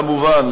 כמובן,